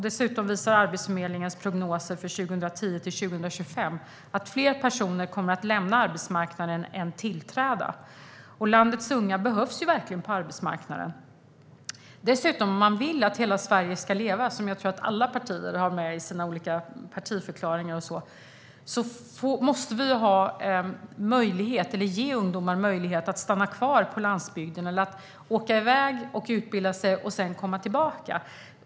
Dessutom visar Arbetsförmedlingens prognoser för 2010-2025 att fler personer kommer att lämna arbetsmarknaden än tillträda. Landets unga behövs verkligen på arbetsmarknaden. Om man vill att hela Sverige ska leva, som jag tror att alla partier har med i sina olika partiförklaringar, måste vi ge ungdomar möjlighet att stanna kvar på landsbygden eller att åka i väg och utbilda sig och sedan komma tillbaka.